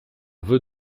vœux